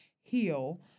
heal